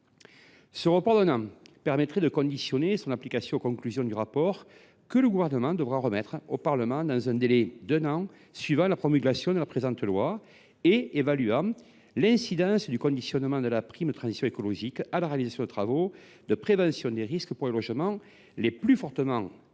Ce report d’un an permettrait de subordonner son application aux conclusions du rapport que le Gouvernement devra remettre au Parlement dans le délai d’un an suivant la promulgation de la présente loi, évaluant l’incidence du conditionnement de la prime de transition écologique à la réalisation de travaux de prévention des risques pour les logements les plus fortement exposés